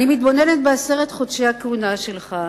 אני מתבוננת בעשרת חודשי כהונתך,